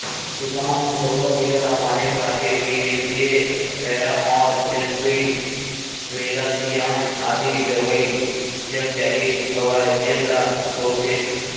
किसान मन गरूआ कीरा ल मारे खातिर बी.एच.सी.ए पैरामार, एल्ड्रीन, मेलाथियान आदि दवई जगजाहिर हवय जेन ल बउरथे